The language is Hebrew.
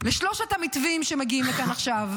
לשלושת המתווים שמגיעים לכאן עכשיו,